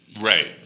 Right